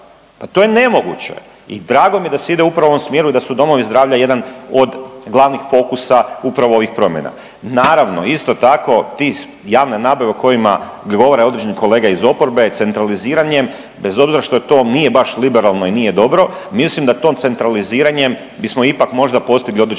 Pa to je nemoguće i drago mi je da se ide upravo u ovom smjeru i da su domovi zdravlja jedan od glavnih fokusa upravo ovih promjena. Naravno isto tako ti, javne nabave o kojima govore određeni kolege iz oporbe centraliziranjem bez obzira što to nije baš liberalno i nije dobro. Mislim da tim centraliziranjem bismo ipak možda postigli određene